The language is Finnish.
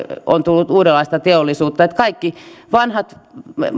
on tullut uudenlaista teollisuutta kaikki vanhat